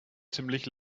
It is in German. ziemlich